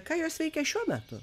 ką jos veikia šiuo metu